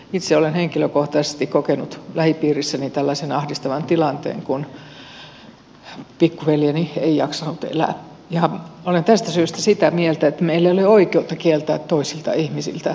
itse olen henkilökohtaisesti kokenut lähipiirissäni tällaisen ahdistavan tilanteen kun pikkuveljeni ei jaksanut elää ja olen tästä syystä sitä mieltä että meillä ei ole oikeutta kieltää toisilta ihmisiltä elämää